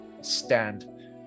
stand